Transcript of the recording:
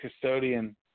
custodian